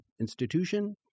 institution